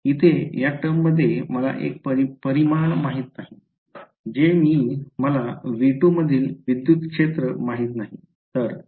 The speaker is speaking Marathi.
इथे या टर्ममध्ये मला एक परिमाण माहित नाही जे की मला v2 मधील विद्युत क्षेत्र माहित नाही